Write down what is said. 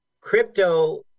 crypto